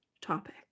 topic